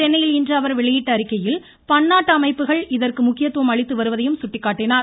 சென்னையில் இன்று அவர் வெளியிட்ட அறிக்கையில் பன்னாட்டு அமைப்புகள் இதற்கு முக்கியத்துவம் அளித்து வருவதையும் சுட்டிக்காட்டினார்